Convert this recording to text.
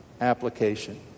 application